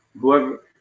whoever